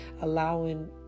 allowing